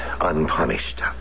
unpunished